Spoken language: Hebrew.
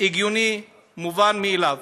זה הגיוני, מובן מאליו.